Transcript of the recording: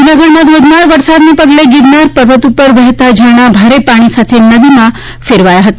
જૂનાગઢમાં ઘોઘમાર વરસાદને પગલે ગિરનાર પર્વત ઉપર વહેતા ઝરણાં ભારે પાણી સાથે નાની નદીમાં ફેરવાયા હતા